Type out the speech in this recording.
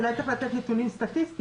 אולי צריך לתת נתונים סטטיסטיים.